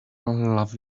love